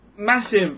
Massive